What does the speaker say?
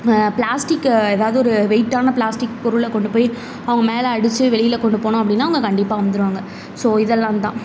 பிளாஸ்ட்டிக்கு எதாவது ஒரு வெயிட்டான பிளாஸ்டிக் பொருளை கொண்டு போய் அவங்க மேலே அடிச்சு வெளியில கொண்டு போனோம் அப்படினா அவங்க கண்டிப்பாக வந்துருவாங்க ஸோ இதெல்லாம் தான்